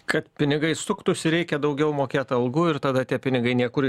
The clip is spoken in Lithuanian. kad pinigai suktųsi reikia daugiau mokėt algų ir tada tie pinigai niekur